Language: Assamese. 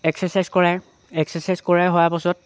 এক্সাৰচাইজ কৰা এক্সাৰচাইজ কৰাই হোৱা পাছত